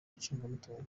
icungamutungo